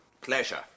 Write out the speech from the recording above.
Pleasure